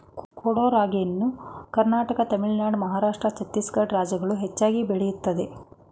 ಕೊಡೋ ರಾಗಿಯನ್ನು ಕರ್ನಾಟಕ ತಮಿಳುನಾಡು ಮಹಾರಾಷ್ಟ್ರ ಛತ್ತೀಸ್ಗಡ ರಾಜ್ಯಗಳು ಹೆಚ್ಚಾಗಿ ಬೆಳೆಯುತ್ತದೆ